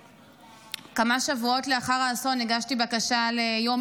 כמה שבועות לאחר האסון הגשתי בקשה ליום